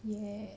!yay!